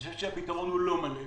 אני חושב שהפתרון הוא לא מלא.